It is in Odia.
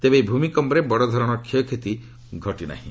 ତେବେ ଏହି ଭୂମିକମ୍ପରେ ବଡ଼ଧରଣର କ୍ଷୟକ୍ଷତି ଘଟି ନାହିଁ